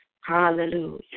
Hallelujah